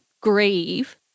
grieve